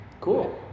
Cool